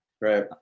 Right